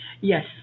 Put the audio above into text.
Yes